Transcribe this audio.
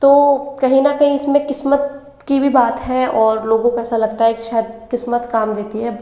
तो कहीं ना कहीं इसमें किस्मत की भी बात है और और लोगों को ऐसा लगता है कि शायद किस्मत काम देती है